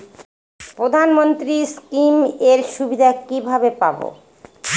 প্রধানমন্ত্রী স্কীম এর সুবিধা কিভাবে পাবো?